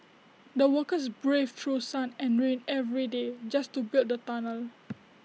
the workers braved through sun and rain every day just to build the tunnel